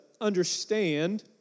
understand